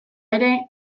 ere